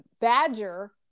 badger